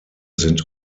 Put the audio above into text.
sind